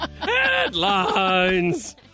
Headlines